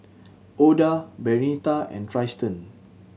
Oda Bernita and Trystan